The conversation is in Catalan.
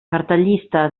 cartellista